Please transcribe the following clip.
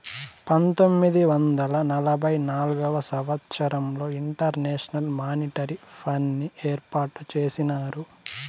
పంతొమ్మిది వందల నలభై నాల్గవ సంవచ్చరంలో ఇంటర్నేషనల్ మానిటరీ ఫండ్ని ఏర్పాటు చేసినారు